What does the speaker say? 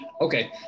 Okay